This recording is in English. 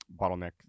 bottleneck